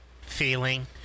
feeling